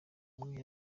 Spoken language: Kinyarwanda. umwe